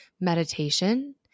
meditation